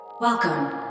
Welcome